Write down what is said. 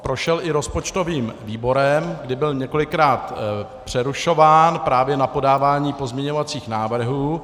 Prošel i rozpočtovým výborem, kdy byl několikrát přerušován právě na podávání pozměňovacích návrhů.